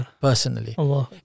personally